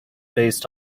based